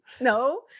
no